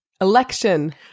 Election